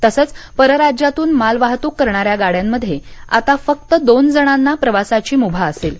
तसंच परराज्यातून माल वाहतूक करणाऱ्या गाड्यांमध्ये आता फक्त दोन जणांना प्रवासाची मुभा असेल